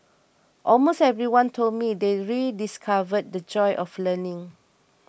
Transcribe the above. almost everyone told me they rediscovered the joy of learning